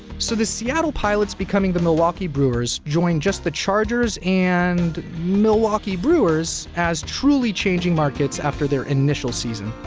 so, the seattle pilots becoming the milwaukee brewers joined just the chargers and, milwaukee brewers as truly changing markets after their initial season.